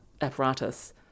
apparatus